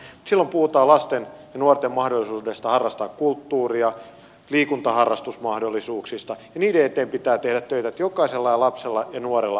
silloin puhutaan lasten ja nuorten mahdollisuudesta harrastaa kulttuuria liikuntaharrastusmahdollisuuksista ja sen eteen pitää tehdä töitä että jokaisella lapsella ja nuorella on harrastusmahdollisuus